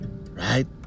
right